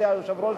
אדוני היושב-ראש,